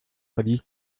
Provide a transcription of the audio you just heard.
verließ